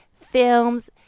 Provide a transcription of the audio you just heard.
films